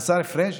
השר פריג'